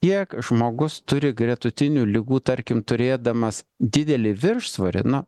kiek žmogus turi gretutinių ligų tarkim turėdamas didelį viršsvorį nu